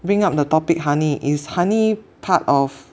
bring up the topic honey is honey part of